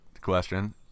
question